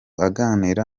aganira